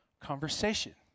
conversation